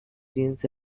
genes